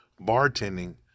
bartending